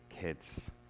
kids